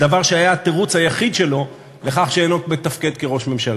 בדבר שהיה התירוץ היחיד שלו לכך שאינו מתפקד כראש ממשלה.